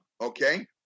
okay